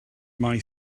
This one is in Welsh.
mae